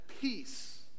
peace